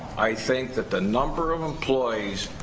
i think that the number of employees,